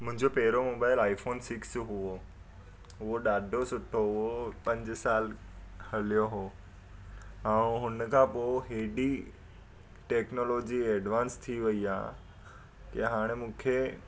मुंहिंजो पहिरों mobile iPhone six हुयो उहो ॾाढो सुठो हुयो पंज साल हलियो हुयो ऐं हुनखां पोइ एॾी टेक्नोलॉजी एडवांस थी वई आहे या हाणे मूंखे